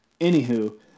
Anywho